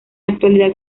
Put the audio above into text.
actualidad